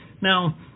Now